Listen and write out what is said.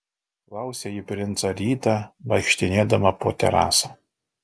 klausė ji princą rytą vaikštinėdama po terasą